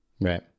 Right